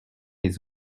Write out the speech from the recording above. les